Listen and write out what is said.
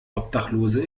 obdachlose